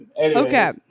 Okay